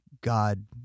God